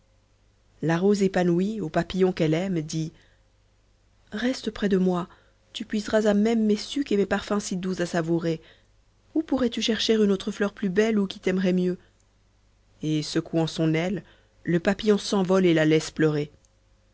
la rose épanouie au papillon qu'elle aime dit reste près de moi tu puiseras à même mes sucs et mes parfums si doux à savourer où pourrais-tu chercher une autre fleur plus belle ou qui t'aimerait mieux et secouant son aile le papillon s'envole et la laisse pleurer